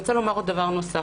אני רוצה לומר דבר נוסף.